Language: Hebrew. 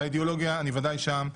באידיאולוגיה אני ודאי שם,